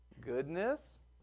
goodness